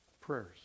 prayers